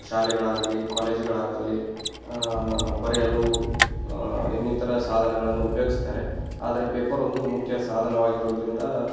ಶಾಲೆಗಳಾಗಲಿ ಕೋಲೇಜುಗಳಾಗಲಿ ಬರೆಯಲು ಇನ್ನಿತರ ಸಾಧನಗಳನ್ನು ಉಪಯೋಗ್ಸ್ತಾರೆ ಆದರೆ ಪೇಪರ್ ಒಂದು ಮುಖ್ಯ ಸಾಧನವಾಗಿರೋದರಿಂದ